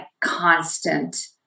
constant